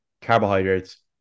carbohydrates